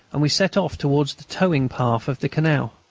and we set off towards the towing-path of the canal.